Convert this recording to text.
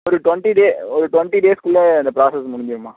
ஒரு twenty day ஒரு twenty டேஸ்க்குள்ள இந்த ப்ராசஸ் முடிஞ்சிடும்மா